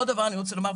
עוד דבר אני רוצה לומר,